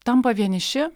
tampa vieniši